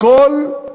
הכול,